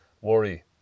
worry